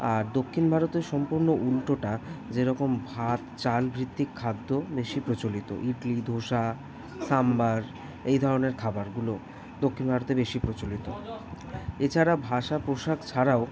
আর দক্ষিণ ভারতে সম্পূর্ণ উল্টটা যে রকম ভাত চাল ভিত্তিক খাদ্য বেশি প্রচলিত ইডলি ধোসা সাম্বার এই ধরনের খাবারগুলো দক্ষিণ ভারতে বেশি প্রচলিত এছাড়া ভাষা প্রসার ছাড়াও